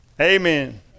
Amen